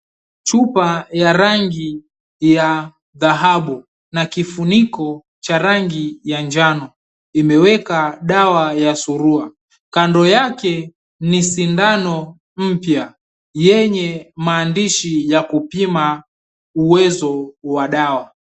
Chupa ya rangi ya dhahabu na kifuniko cha rangi ya njano imeweka dawa ya surua, kando yake ni sindano mpya yenye maandishi ya kupima uwezo wa dawa.